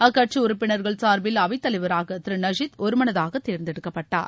அக்கட்சி உறுப்பினர்கள் சார்பில் அவை தலைவராக திரு நஷித் ஒருமனதாக தேர்ந்தெடுக்கப்பட்டார்